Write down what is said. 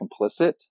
complicit